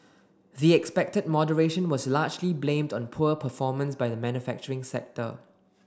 the expected moderation was largely blamed on poor performance by the manufacturing sector